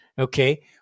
okay